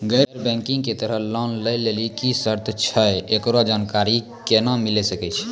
गैर बैंकिंग के तहत लोन लए लेली की सर्त छै, एकरो जानकारी केना मिले सकय छै?